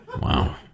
Wow